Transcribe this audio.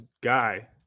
guy